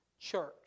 church